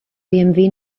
bmw